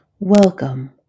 Welcome